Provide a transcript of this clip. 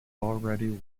already